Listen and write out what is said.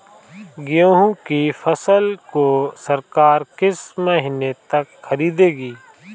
गेहूँ की फसल को सरकार किस महीने तक खरीदेगी?